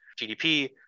GDP